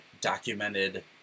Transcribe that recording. documented